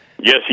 Yes